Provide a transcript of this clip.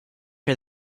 her